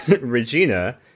Regina